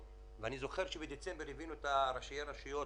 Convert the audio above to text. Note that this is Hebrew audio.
ואני זוכר שבדצמבר הבאנו את ראשי הרשויות,